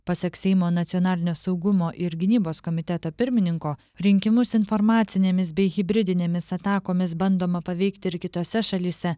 pasak seimo nacionalinio saugumo ir gynybos komiteto pirmininko rinkimus informacinėmis bei hibridinėmis atakomis bandoma paveikti ir kitose šalyse